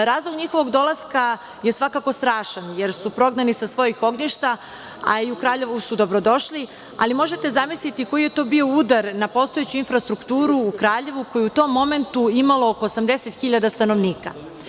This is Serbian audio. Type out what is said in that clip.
Razlog njihovog dolaska je svakako strašan, jer su prognani sa svojih ognjišta, u Kraljevu su dobro došli, ali možete zamisliti koji je to bio udar na postojeću infrastrukturu u Kraljevu, koje je u tom momentu imalo oko 80.000 stanovnika.